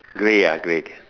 grey ah grey